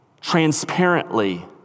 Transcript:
transparently